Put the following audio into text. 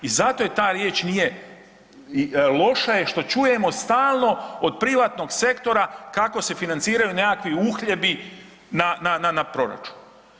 I zato je ta riječ nije, loša je što čujemo stalno od privatnog sektora kako se financiraju nekakvi uhljebi na, na, na proračun.